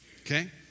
okay